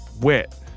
wet